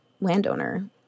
landowner